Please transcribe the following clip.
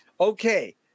Okay